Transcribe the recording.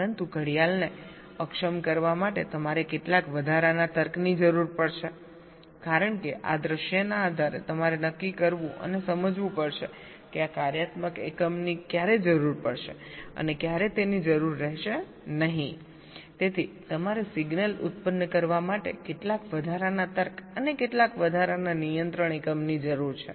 પરંતુ ઘડિયાળને અક્ષમ કરવા માટે તમારે કેટલાક વધારાના તર્કની જરૂર પડશે કારણ કે આ દૃશ્યના આધારે તમારે નક્કી કરવું અને સમજવું પડશે કે આ કાર્યાત્મક એકમની ક્યારે જરૂર પડશે અને ક્યારે તેની જરૂર રહેશે નહીંતેથી તમારે સિગ્નલ પેદા કરવા માટે કેટલાક વધારાના તર્ક અને કેટલાક વધારાના નિયંત્રણ એકમની જરૂર છે